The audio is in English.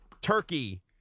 Turkey